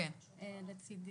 לצדי.